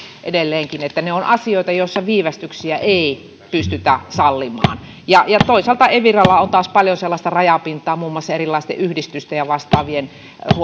edelleenkin niin ne ovat asioita joissa viivästyksiä ei pystytä sallimaan ja ja toisaalta eviralla on paljon sellaista rajapintaa muun muassa erilaisten yhdistysten ja vastaavien